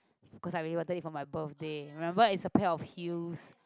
cause I really wanted it for my birthday remember it's a pair of heels